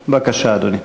בבקשה, אדוני.